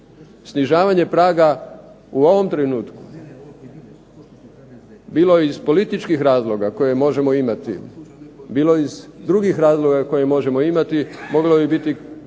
Snižavanje praga u ovom trenutku bilo je iz političkih razloga koje možemo imati, bilo je iz drugih razloga koje možemo imati, moglo je biti